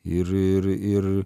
ir ir ir